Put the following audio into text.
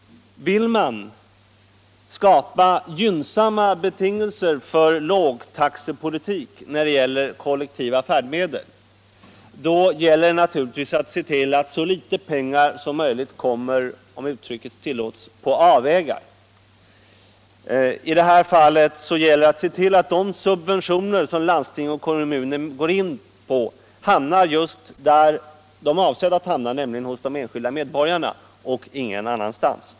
Vill man skapa gynnsamma betingelser för lågtaxepolitik när det gäller kollektiva färdmedel, gäller det naturligtvis att se till att så litet pengar som möjligt kommer på avvägar —- om uttrycket tillåtes. I det här fallet gäller det att se till att de subventioner som landsting och kommuner går in med hamnar just där de är avsedda att hamna, nämligen hos de enskilda medborgarna - ingen annanstans.